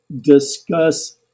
discuss